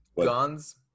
guns